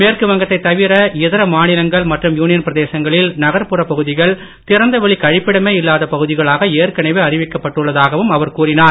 மேற்குவங்கத்தைத் தவிர இதர மாநிலங்கள் மற்றும் யூனியன் பிரதேசங்களில் நகர்புற பகுதிகள் திறந்தவெளி கழிப்பிடமே இல்லாத பகுதிகளாக ஏற்கனவே அறிவிக்கப்பட்டுள்ளதாகவும் அவர் கூறினார்